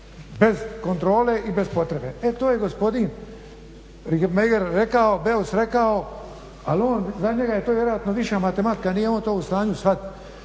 bez kontrole i bez potrebe. E to je gospodin Beus rekao ali on za njega je to vjerojatno viša matematika nije on to u stanju